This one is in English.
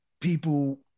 people